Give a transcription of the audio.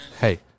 hey